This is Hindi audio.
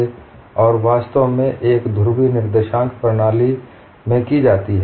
वह दृष्टिकोण वास्तव में एक ध्रुवीय निर्देशांक प्रणाली में की जाती है